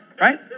Right